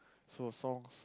so songs